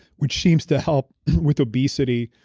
which seems to help with obesity.